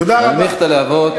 תודה רבה.